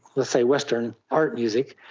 let's say, western art music,